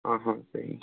صحیح